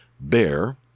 bear